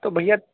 تو بھیا